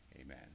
amen